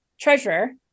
treasurer